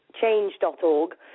change.org